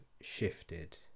shifted